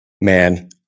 Man